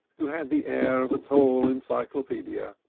who had the air of a tall encyclopaedia,